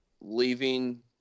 leaving